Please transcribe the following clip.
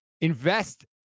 Invest